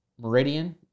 Meridian